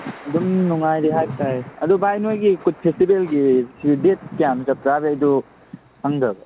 ꯑꯗꯨꯃ ꯅꯨꯡꯉꯥꯏꯔꯤ ꯍꯥꯏꯕ ꯇꯥꯏꯌꯦ ꯑꯗꯨ ꯚꯥꯏ ꯅꯣꯏꯒꯤ ꯀꯨꯠ ꯐꯦꯁꯇꯤꯕꯦꯜꯒꯤ ꯗꯦꯗ ꯀꯌꯥꯅꯣ ꯆꯞ ꯆꯥꯕꯤ ꯑꯩꯗꯣ ꯈꯪꯗ꯭ꯔꯕ